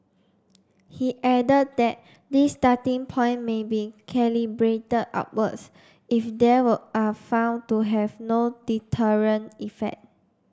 he added that this starting point may be calibrated upwards if they were are found to have no deterrent effect